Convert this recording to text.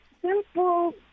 simple